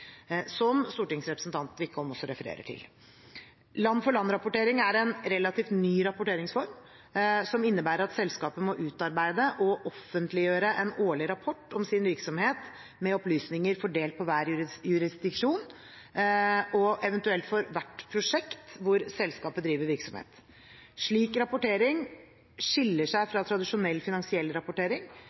som stortingsrepresentant Wickholm også refererer til. Land-for-land-rapportering er en relativt ny rapporteringsform som innebærer at selskapet må utarbeide og offentliggjøre en årlig rapport om sin virksomhet, med opplysninger fordelt på hver jurisdiksjon og eventuelt for hvert prosjekt hvor selskapet driver virksomhet. Slik rapportering skiller seg fra tradisjonell finansiell rapportering,